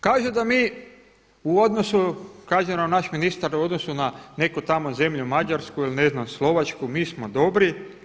Kaže da mi u odnosu, kaže naš ministar u odnosu na neku tamo zemlju Mađarsku ili ne znam Slovačku mi smo dobri.